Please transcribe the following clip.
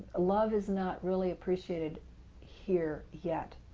love is not really appreciated here yet,